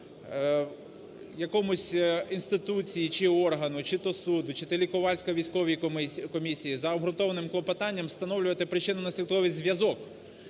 якійсь інституції чи органу – чи то суду, чи лікувально-військовій комісії – за обґрунтованим клопотанням встановлювати причинно-наслідковий зв'язок